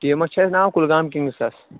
ٹیٖمَس چھِ اَسہِ ناو کُلگام کِنٛگٕس سر